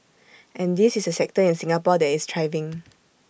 and this is A sector in Singapore that is thriving